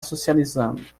socializando